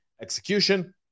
execution